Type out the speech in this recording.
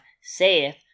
saith